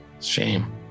Shame